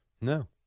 No